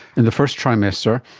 in the first trimester,